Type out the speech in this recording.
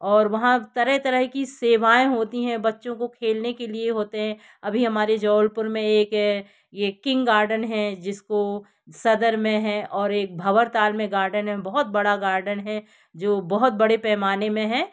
और वहाँ तरह तरह की सेवाएँ होती हैं बच्चों को खेलने के लिए होते हैं अभी हमारे जबलपुर में एक यह किंग गार्डन है जिसको सदर में है और एक भंवर ताल में गार्डन है बहुत बड़ा गार्डन है जो बहुत बड़े पैमाने में है